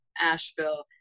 Asheville